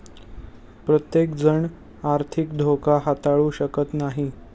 प्रत्येकजण आर्थिक धोका हाताळू शकत नाही